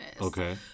Okay